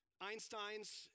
Einstein's